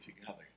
together